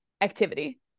activity